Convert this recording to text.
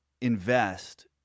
invest